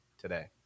today